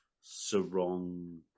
Sarong